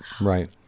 Right